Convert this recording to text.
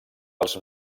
els